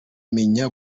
menya